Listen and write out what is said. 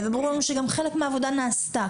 וברור לנו שגם חלק מהעבודה נעשתה,